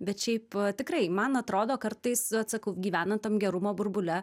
bet šiaip tikrai man atrodo kartais atsakau gyvena tam gerumo burbule